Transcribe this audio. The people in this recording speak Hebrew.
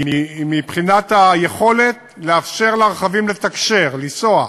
מבחינת היכולת לאפשר לרכבים לתקשר, לנסוע.